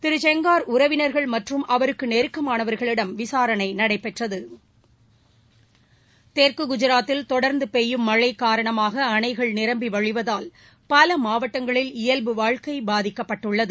திரு செங்கார் உறவினர்கள் மற்றும் அவருக்கு நெருக்கமானவர்களிடம் விசாரணை நடந்தது தெற்கு குஜராத்தில் தொடர்ந்து பெய்யும் மழை காரணமாக அணைகள் நிரம்பி வழிவதால் பல மாவட்டங்களில் இயல்பு வாழ்க்கை பாதிக்கப்பட்டுள்ளது